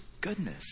goodness